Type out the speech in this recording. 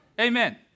Amen